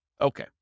Okay